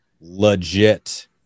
legit